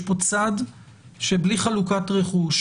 יש פה צד שבלי חלוקת רכוש,